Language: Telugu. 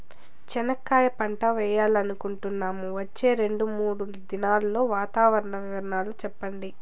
చెనక్కాయ పంట వేయాలనుకుంటున్నాము, వచ్చే రెండు, మూడు దినాల్లో వాతావరణం వివరాలు చెప్పండి?